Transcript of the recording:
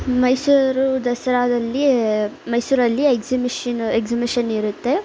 ಮೈಸೂರು ದಸರಾದಲ್ಲಿ ಮೈಸೂರಲ್ಲಿ ಎಕ್ಸಿಮಿಷನ್ನ ಎಕ್ಸಿಮಿಷನ್ ಇರುತ್ತೆ